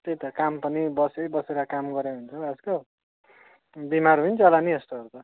त्यही ता काम पनि बसिबसेर काम गराइ हुन्छ हो आजकल बिमार होइन्छ होला नि यस्तोहरू त